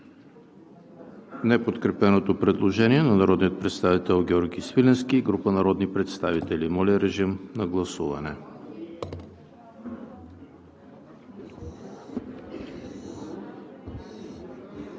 неподкрепеното предложение на народния представител Георги Свиленски и група народни представители. Гласували